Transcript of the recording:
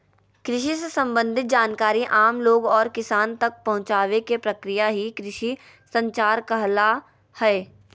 कृषि से सम्बंधित जानकारी आम लोग और किसान तक पहुंचावे के प्रक्रिया ही कृषि संचार कहला हय